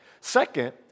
Second